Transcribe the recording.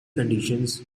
conditions